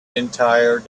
entire